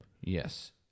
Yes